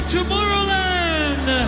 Tomorrowland